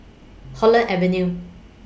Holland Avenue